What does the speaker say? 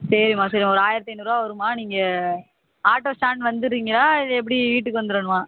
சரிம்மா சரிம்மா ஒரு ஆயிரத்தி ஐநூறுபா வரும்மா நீங்கள் ஆட்டோ ஸ்டாண்ட் வந்துடுறீங்களா இல்லை எப்படி வீட்டுக்கு வந்துவிடணுமா